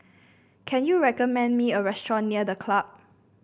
can you recommend me a restaurant near The Club